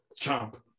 Chomp